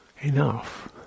enough